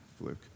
Luke